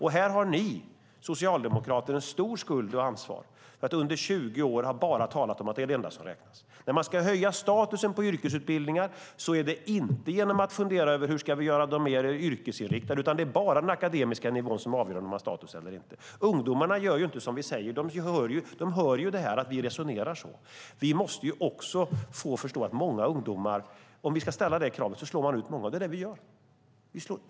Här har ni socialdemokrater en stor skuld och ansvar för att under 20 år bara ha talat om att det är det enda som räknas. När man ska höja statusen på yrkesutbildningar är det tydligen inte genom att fundera över hur vi ska göra dem mer yrkesinriktade. Det är bara den akademiska nivån som avgör om de har status eller inte. Ungdomarna gör som vi säger; de hör att vi resonerar så. Om vi ska ställa detta krav måste vi förstå att vi slår ut många ungdomar. Det är det vi gör.